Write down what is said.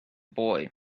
boy